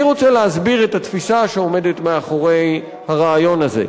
אני רוצה להסביר את התפיסה שעומדת מאחורי הרעיון הזה,